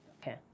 Okay